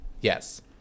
Yes